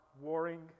warring